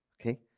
okay